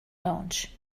launch